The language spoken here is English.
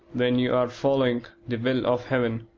when you are following the will of heaven.